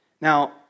Now